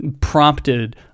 prompted